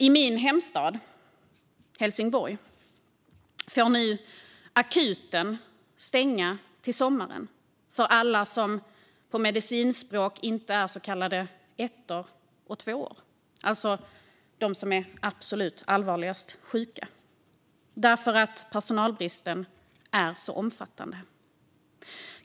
I min hemstad Helsingborg får akuten nu till sommaren stänga för alla som inte är vad som på medicinspråk kallas 1:or eller 2:or, alltså de som är allra allvarligast sjuka, därför att personalbristen är så omfattande.